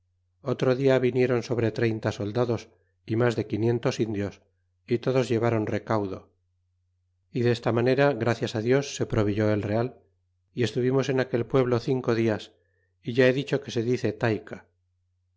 otro dia vinieron sobre treinta soldados y mas de quinientos indios y todos llevaron recaudo y desta manera gracias dios se proveyó el real y estuvimos en aquel pueblo cinco dias y ya he dicho que se dire talca